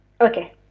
Okay